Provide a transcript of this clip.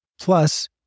Plus